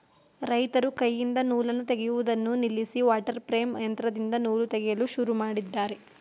ರೈತರು ಕೈಯಿಂದ ನೂಲನ್ನು ತೆಗೆಯುವುದನ್ನು ನಿಲ್ಲಿಸಿ ವಾಟರ್ ಪ್ರೇಮ್ ಯಂತ್ರದಿಂದ ನೂಲು ತೆಗೆಯಲು ಶುರು ಮಾಡಿದ್ದಾರೆ